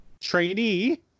trainee